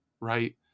right